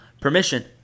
permission